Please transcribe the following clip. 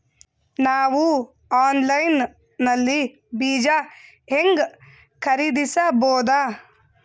ನಾವು ಆನ್ಲೈನ್ ನಲ್ಲಿ ಬೀಜ ಹೆಂಗ ಖರೀದಿಸಬೋದ?